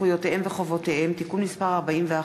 זכויותיהם וחובותיהם (תיקון מס' 41)